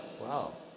wow